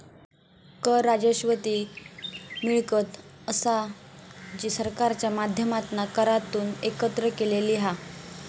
कर राजस्व ती मिळकत असा जी सरकारच्या माध्यमातना करांतून एकत्र केलेली हा